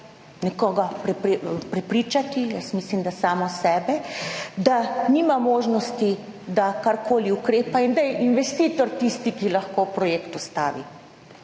nekoga prepričati, jaz mislim, da samo sebe, da nima možnosti, da karkoli ukrepa in da je investitor tisti, ki lahko projekt ustavi.